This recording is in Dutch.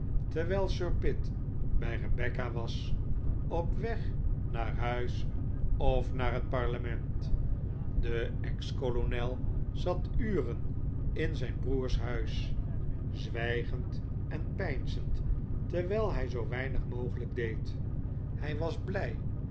terwijl sir pitt bij rebecca was op weg naar huis of naar het parlement de ex kolonel zat uren in zijn broers huis zwijgend en peinzend terwijl hij zoo weinig mogelijk deed hij was blij